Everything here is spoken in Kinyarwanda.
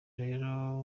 rero